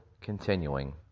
continuing